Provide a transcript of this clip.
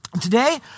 Today